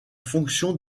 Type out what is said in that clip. fonction